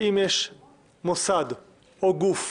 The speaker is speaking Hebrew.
ואם יש מוסד או גוף,